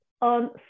on